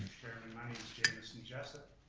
chairman, my name's jamison jessup.